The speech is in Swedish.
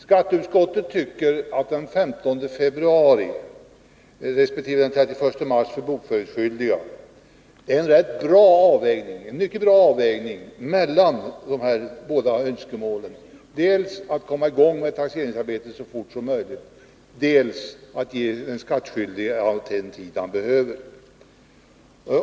Skatteutskottet anser att den 15 februari resp. den 31 mars för bokföringsskyldiga är väl avvägda tidpunkter för att uppfylla båda dessa önskemål, dvs. dels att komma i gång med taxeringsarbetet så fort som möjligt, dels att ge den skattskyldige all den tid han behöver.